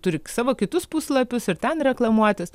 turi savo kitus puslapius ir ten reklamuotis